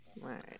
Right